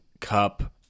Cup